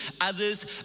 others